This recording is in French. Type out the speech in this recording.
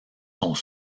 sont